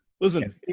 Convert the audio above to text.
Listen